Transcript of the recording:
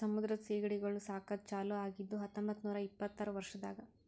ಸಮುದ್ರದ ಸೀಗಡಿಗೊಳ್ ಸಾಕದ್ ಚಾಲೂ ಆಗಿದ್ದು ಹತೊಂಬತ್ತ ನೂರಾ ಇಪ್ಪತ್ತರ ವರ್ಷದಾಗ್